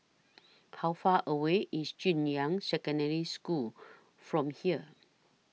How Far away IS Junyuan Secondary School from here